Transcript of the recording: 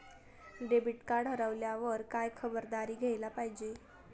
Debit card हरवल्यावर काय खबरदारी घ्यायला पाहिजे?